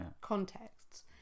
contexts